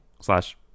slash